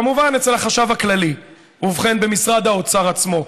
כמובן, אצל החשב הכללי, ובכן, במשרד האוצר עצמו.